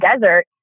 desert